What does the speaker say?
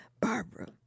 barbara